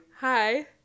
hi